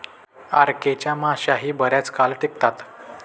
RK च्या माश्याही बराच काळ टिकतात